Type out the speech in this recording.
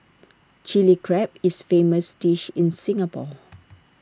Chilli Crab is famous dish in Singapore